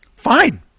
Fine